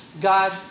God